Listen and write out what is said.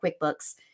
QuickBooks